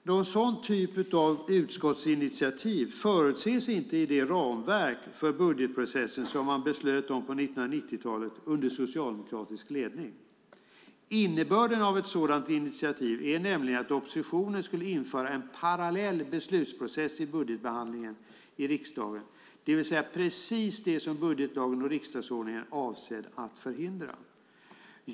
Någon sådan typ av utskottsinitiativ förutses inte i det ramverk för budgetprocessen som man beslöt om på 1990-talet under socialdemokratisk ledning. Innebörden av ett sådant initiativ är nämligen att oppositionen skulle införa en parallell beslutsprocess i budgetbehandlingen i riksdagen, det vill säga precis det som budgetlagen och riksdagsordningen är avsedd att förhindra.